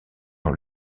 dans